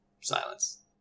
Silence